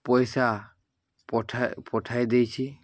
ପଇସା ପଠା ପଠାଇ ଦେଇଛି